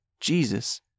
Jesus